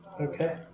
Okay